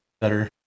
better